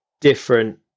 different